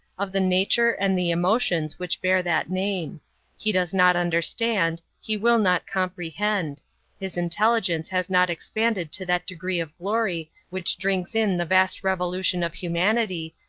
of the nature and the emotions which bear that name he does not understand, he will not comprehend his intelligence has not expanded to that degree of glory which drinks in the vast revolution of humanity,